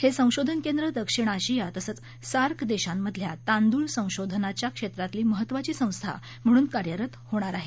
हे संशोधन केंद्र दक्षिण आशिया तसंच सार्क देशांमधल्या तांदूळ संशोधनाच्या क्षेत्रातली महत्त्वाची संस्था म्हणून कार्यरत असणार आहे